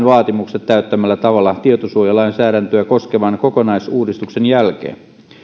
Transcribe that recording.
vaatimukset täyttävällä tavalla tietosuojalainsäädäntöä koskevan kokonaisuudistuksen jälkeen